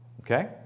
Okay